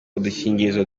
udukingirizo